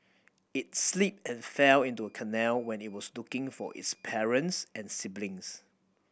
it slipped and fell into a canal when it was looking for its parents and siblings